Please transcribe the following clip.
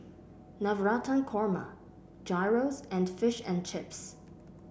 Navratan Korma Gyros and Fish and Chips